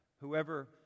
Whoever